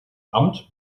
amt